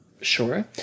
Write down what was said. sure